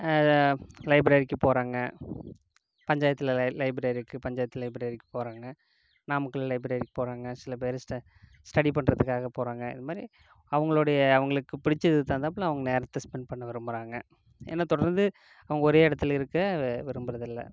லைப்ரேரிக்கு போகிறாங்க பஞ்சாயத்தில் லை லைப்ரேரி இருக்குது பஞ்சாயத்து லைப்ரேரிக்கு போகிறாங்க நாமக்கல் லைப்ரேரிக்கு போகிறாங்க சில பேர் ஸ்டடி பண்ணுறதுக்காக போகிறாங்க இதுமாதிரி அவர்களோடைய அவர்களுக்கு பிடித்ததுக்கு தகுந்தாப்பில் அவங்க நேரத்தை ஸ்பென்ட் பண்ண விரும்புகிறாங்க ஏன்னால் தொடர்ந்து அவங்க ஒரே இடத்துல இருக்க விரும்புகிறதில்ல